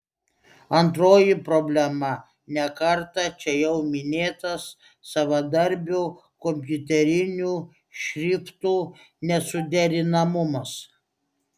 antroji problema ne kartą čia jau minėtas savadarbių kompiuterinių šriftų nesuderinamumas